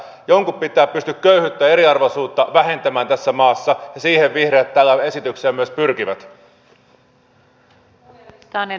jonkun pitää pystyä köyhyyttä eriarvoisuutta vähentämään tässä maassa ja siihen vihreät tällä esityksellä myös pyrkivät